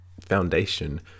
foundation